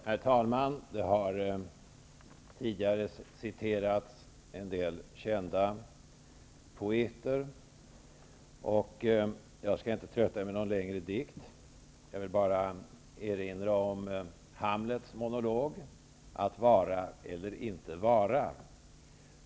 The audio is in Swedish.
Herr talman! Det har tidigare citerats en del kända poeter. Jag skall inte trötta er med någon längre dikt. Jag vill bara erinra om Hamlets monolog: Att vara eller inte vara.